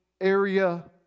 area